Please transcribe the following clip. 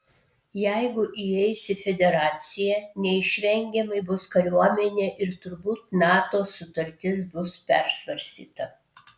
jeigu įeis į federaciją neišvengiamai bus kariuomenė ir turbūt nato sutartis bus persvarstyta